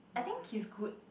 I think he's good